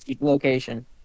location